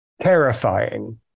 terrifying